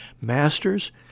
Masters